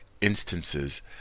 instances